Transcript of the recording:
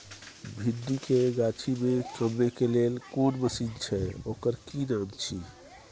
भिंडी के गाछी के बीच में कमबै के लेल कोन मसीन छै ओकर कि नाम छी?